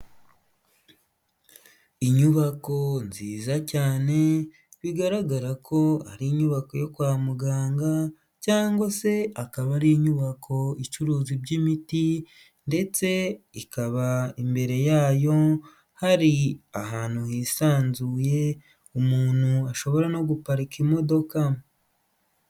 Inyubako nziza cyane bigaragara ko ari inyubako yo kwa muganga cyangwa se akaba ari inyubako icuruza iby'imiti ndetse ikaba imbere yayo hari ahantu hisanzuye umuntu ashobora no guparika imodoka.